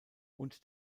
und